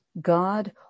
God